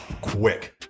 quick